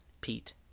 Pete